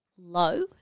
low